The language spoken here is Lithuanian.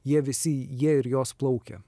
jie visi jie ir jos plaukia